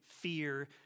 fear